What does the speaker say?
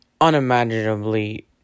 unimaginably